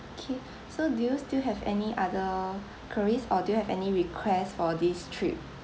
okay so do you still have other queries or do you have any request for this trip